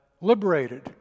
liberated